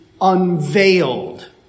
unveiled